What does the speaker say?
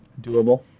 doable